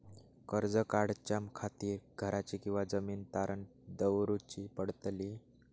कर्ज काढच्या खातीर घराची किंवा जमीन तारण दवरूची पडतली?